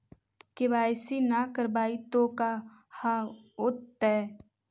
KYC न करवाई तो का हाओतै?